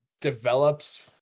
develops